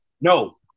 No